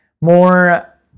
More